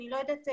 אני לא יודעת,